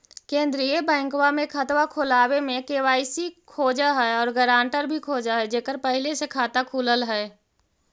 केंद्रीय बैंकवा मे खतवा खोलावे मे के.वाई.सी खोज है और ग्रांटर भी खोज है जेकर पहले से खाता खुलल है?